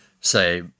say